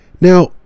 Now